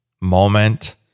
moment